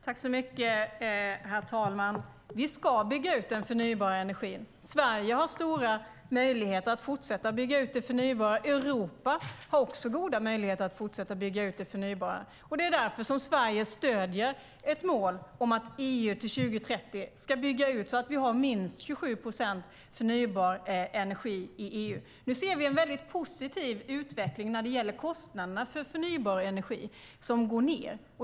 Herr talman! Vi ska bygga ut den förnybara energin. Sverige har stora möjligheter att fortsätta bygga ut det förnybara. Europa har också goda möjligheter att fortsätta bygga ut det förnybara. Det är därför som Sverige stöder ett mål om att EU till 2030 ska bygga ut så att vi har minst 27 procent förnybar energi i EU. Vi ser en väldigt positiv utveckling när det gäller kostnaderna för förnybar energi som går ned.